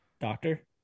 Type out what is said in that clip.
Doctor